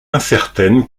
incertaine